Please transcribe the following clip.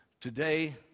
Today